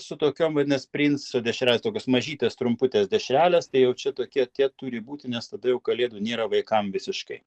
su tokiom vadinas princo dešrelės tokios mažytės trumputės dešrelės tai jau čia tokie tie turi būti nes tada jau kalėdų nėra vaikam visiškai